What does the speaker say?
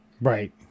Right